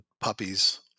puppies